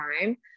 time